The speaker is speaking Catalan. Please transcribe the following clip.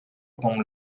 com